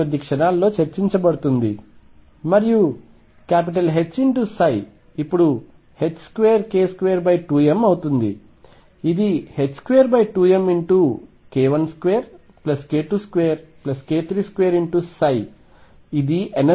ఇది కొద్ది క్షణాల్లో చర్చించబడుతుంది మరియు Hψ ఇప్పుడు 2k22m అవుతుంది ఇది 22mk12k22k32 ψ ఇది ఎనర్జీ